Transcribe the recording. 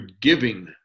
giving